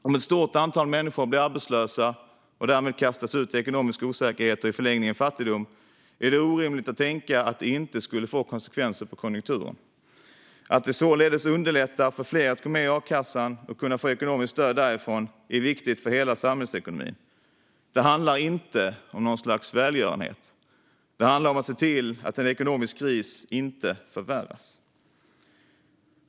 Om ett stort antal människor blir arbetslösa och därmed kastas ut i ekonomisk osäkerhet och i förlängningen fattigdom är det orimligt att tänka att det inte skulle få konsekvenser för konjunkturen. Att vi underlättar för fler att gå med i a-kassan och att få ekonomiskt stöd därifrån är således viktigt för hela samhällsekonomin. Det handlar inte om något slags välgörenhet. Det handlar om att se till att en ekonomisk kris inte förvärras.